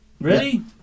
ready